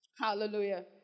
Hallelujah